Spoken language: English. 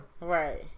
Right